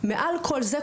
מעל כל זה,